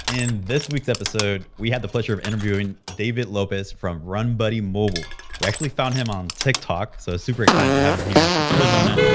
in this week's episode, we had the pleasure of interviewing david lopez from runbuddymobile. we actually found him on tiktok so super excited to have him, here is from arizona.